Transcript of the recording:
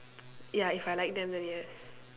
ya if I like them then yes